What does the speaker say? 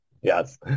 Yes